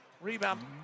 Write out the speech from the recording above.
Rebound